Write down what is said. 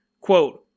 Quote